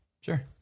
sure